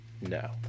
No